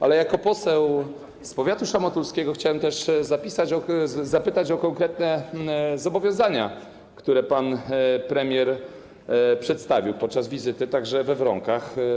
Ale jako poseł z powiatu szamotulskiego chciałem też zapytać o konkretne zobowiązania, które pan premier przedstawił podczas wizyty także we Wronkach.